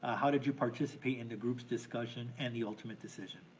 ah how did you participate in the group's discussion and the ultimate decision?